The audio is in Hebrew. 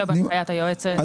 זה מופיע בהנחיית היועצת.